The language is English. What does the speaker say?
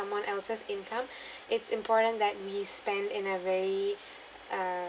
someone else's income it's important that we spend in a very uh